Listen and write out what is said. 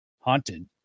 haunted